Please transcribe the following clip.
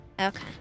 Okay